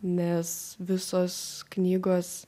nes visos knygos